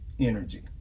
energy